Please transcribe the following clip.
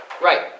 Right